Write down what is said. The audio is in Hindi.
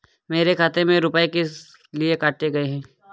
मेरे खाते से रुपय किस लिए काटे गए हैं?